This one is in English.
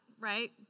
right